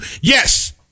Yes